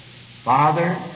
Father